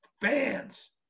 fans